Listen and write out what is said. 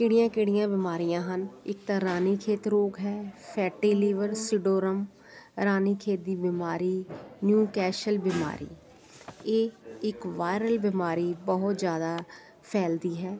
ਕਿਹੜੀਆਂ ਕਿਹੜੀਆਂ ਬਿਮਾਰੀਆਂ ਹਨ ਇੱਕ ਤਾਂ ਰਾਣੀ ਖੇਤਰੋਗ ਹੈ ਫੈਟੀ ਲੀਵਰ ਸਿਡੋਰਮ ਰਾਣੀ ਖੇਦੀ ਬਿਮਾਰੀ ਨਿਊ ਕੈਸ਼ਲ ਬਿਮਾਰੀ ਇਹ ਇੱਕ ਵਾਇਰਲ ਬਿਮਾਰੀ ਬਹੁਤ ਜ਼ਿਆਦਾ ਫੈਲਦੀ ਹੈ